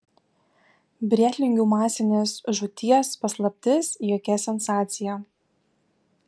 brėtlingių masinės žūties paslaptis jokia sensacija